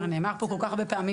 זה נאמר פה כל כך הרבה פעמים,